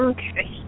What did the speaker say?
Okay